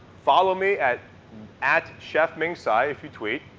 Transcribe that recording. follow me at at chefmingtsai if you tweet.